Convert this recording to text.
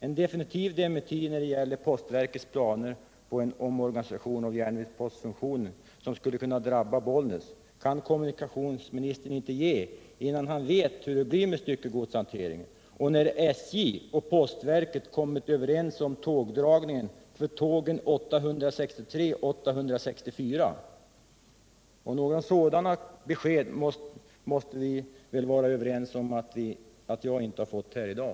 En definitiv dementi när det gäller postverkets planer på en omorganisation av järnvägspostfunktionen som skulle kunna drabba Bollnäs kan kommunikatlionsminstern inte ge, innan han vet hur det blir med styckegodshanteringen och innan SJ och postverket har kommit överens om tågdragningen för tåg 863-864. Vi måste väl vara överens om att jag inte har fått besked härom i dag.